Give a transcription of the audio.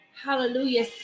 Hallelujah